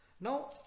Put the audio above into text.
now